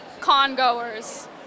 con-goers